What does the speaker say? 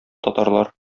татарлар